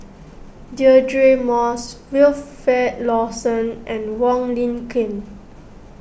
Deirdre Moss Wilfed Lawson and Wong Lin Ken